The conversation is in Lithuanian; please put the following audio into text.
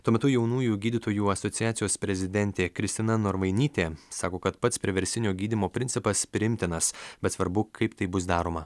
tuo metu jaunųjų gydytojų asociacijos prezidentė kristina norvainytė sako kad pats priverstinio gydymo principas priimtinas bet svarbu kaip tai bus daroma